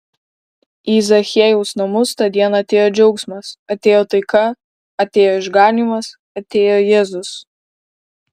į zachiejaus namus tą dieną atėjo džiaugsmas atėjo taika atėjo išganymas atėjo jėzus